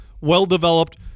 well-developed